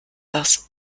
das